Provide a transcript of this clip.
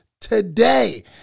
today